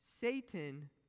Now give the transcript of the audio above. Satan